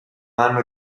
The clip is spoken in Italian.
anno